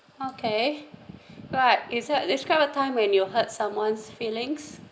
okay alright describe describe a time when you hurt someone's feelings